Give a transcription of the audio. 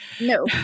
No